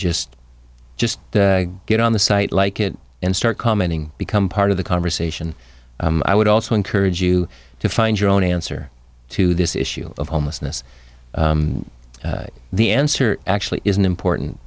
just just get on the site like it and start commenting become part of the conversation i would also encourage you to find your own answer to this issue of homelessness the answer actually isn't important